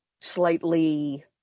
slightly